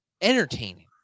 entertaining